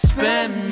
Spend